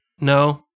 No